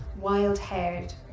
wild-haired